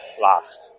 last